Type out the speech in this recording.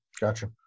Gotcha